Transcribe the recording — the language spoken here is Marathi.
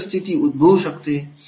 कोणती परिस्थिती उद्भवू शकते